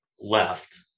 left